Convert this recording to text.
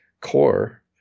core